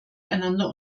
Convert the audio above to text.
einander